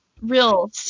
real